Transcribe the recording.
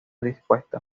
dispuesta